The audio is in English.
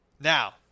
Now